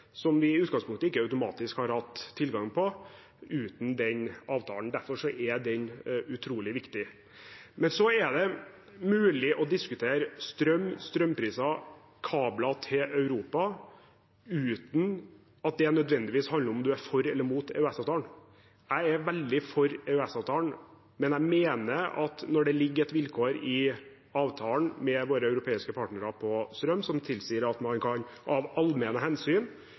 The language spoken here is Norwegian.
som vi i utgangspunktet ikke automatisk hadde hatt tilgang til uten den avtalen. Derfor er den utrolig viktig. Men så er det mulig å diskutere strøm, strømpriser og kabler til Europa, uten at det nødvendigvis handler om man er for eller imot EØS-avtalen. Jeg er veldig for EØS-avtalen. Men når det ligger et vilkår i avtalen med våre europeiske partnere om strøm, som tilsier at man av allmenne hensyn